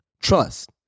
Trust